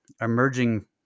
emerging